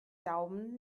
daumen